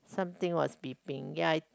something was beeping ya